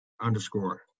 underscore